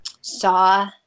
saw